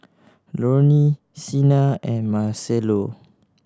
Lorne Sena and Marcello